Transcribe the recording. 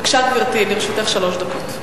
בבקשה, גברתי, לרשותך שלוש דקות.